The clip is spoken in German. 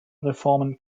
reformen